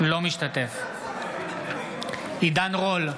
אינו משתתף בהצבעה עידן רול,